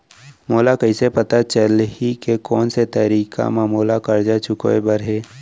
मोला कइसे पता चलही के कोन से तारीक म मोला करजा चुकोय बर हे?